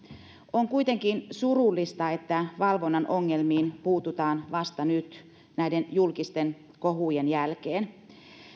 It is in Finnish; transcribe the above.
on kuitenkin surullista että valvonnan ongelmiin puututaan vasta nyt näiden julkisten kohujen jälkeen